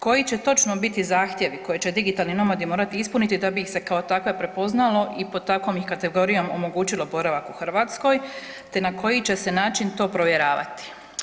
Koji će točno biti zahtjevi koje će digitalni nomadi morati ispuniti da bi ih se kao takve prepoznalo i po takvom ih kategorijom omogućilo boravak u Hrvatskoj, te na koji će se način to provjeravati?